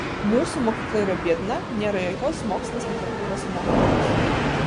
mūsų mokykla yra biedna nėra jokios mokslinės literatūros mokytojams